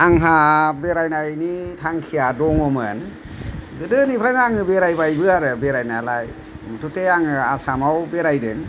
आंहा बेरायनायनि थांखिया दङ'मोन गोदोनिफ्रायनो आङो बेरायबायबो आरो बेरायनायालाय मुथुथे आङो आसामाव बेरायदों